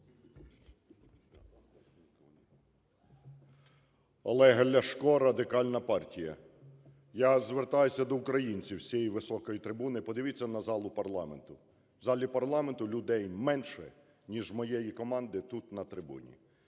Олег Ляшко, Радикальна партія. Я звертаюся до українців з цієї високої трибуни: подивіться на залу парламенту. В залі парламенту людей менше, ніж моєї команди тут на трибуні.